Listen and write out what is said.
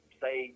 say